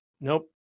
nope